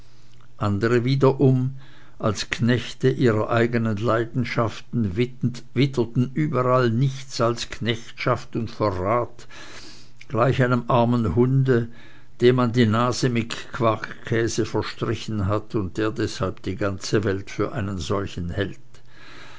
andere wiederum als knechte ihrer eigenen leidenschaften witterten überall nichts als knechtschaft und verrat gleich einem armen hunde dem man die nase mit quarkkäse verstrichen hat und der deshalb die ganze welt für einen solchen hält